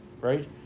Right